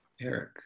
Eric